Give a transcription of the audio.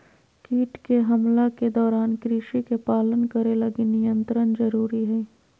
कीट के हमला के दौरान कृषि के पालन करे लगी नियंत्रण जरुरी हइ